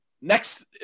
next